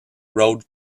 road